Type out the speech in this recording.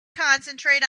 concentrate